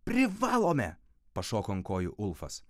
privalome pašoko ant kojų ulfas